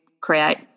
create